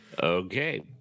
Okay